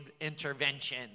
intervention